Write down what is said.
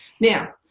Now